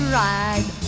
ride